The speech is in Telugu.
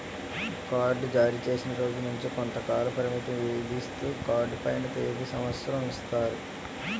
కార్డ్ జారీచేసిన రోజు నుంచి కొంతకాల పరిమితిని విధిస్తూ కార్డు పైన తేది సంవత్సరం ఇస్తారు